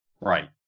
right